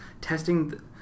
testing